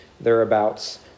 thereabouts